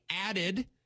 added